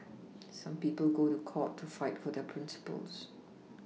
some people go to court to fight for their Principles